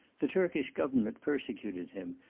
the turkish government persecuted him,